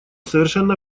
совершенно